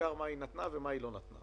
בעיקר מה היא נתנה ומה היא לא נתנה.